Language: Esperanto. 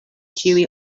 ĉiuj